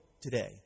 today